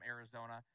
Arizona